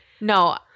No